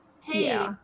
Hey